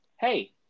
hey